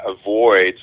avoid